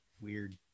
Weird